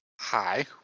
Hi